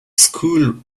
school